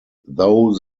though